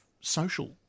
social